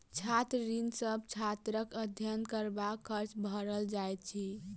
छात्र ऋण सॅ छात्रक अध्ययन करबाक खर्च भरल जाइत अछि